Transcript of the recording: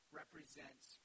represents